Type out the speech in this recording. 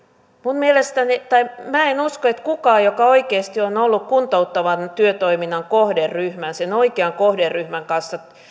minä en usko että kukaan joka oikeasti on on ollut kuntouttavan työtoiminnan sen oikean kohderyhmän kanssa